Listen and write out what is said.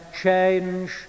change